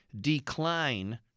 decline